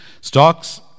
Stocks